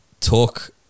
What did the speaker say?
talk